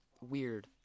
weird